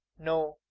no.